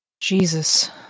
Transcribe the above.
Jesus